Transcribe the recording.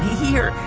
here,